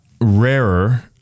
rarer